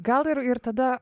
gal ir ir tada